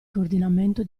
coordinamento